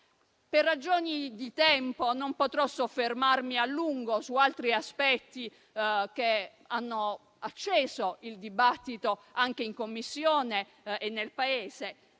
Per ragioni di tempo, non potrò soffermarmi a lungo su altri aspetti che hanno acceso il dibattito anche in Commissione e nel Paese,